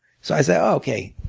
so i said okay,